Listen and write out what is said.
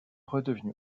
redevenu